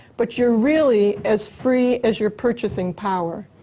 but you're really as free as your purchasing power.